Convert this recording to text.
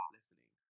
Listening